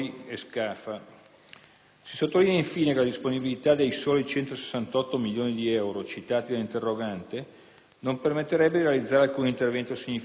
Si sottolinea, infine, che la disponibilità dei soli 168 milioni di euro, citati dall'interrogante, non permetterebbe di realizzare alcun intervento significativo,